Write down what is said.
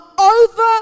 over